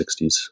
1960s